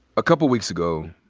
a couple weeks ago,